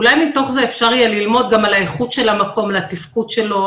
אולי מתוך זה אפשר יהיה ללמוד גם על האיכות של המקום והתפקוד שלו,